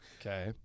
Okay